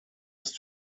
ist